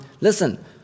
listen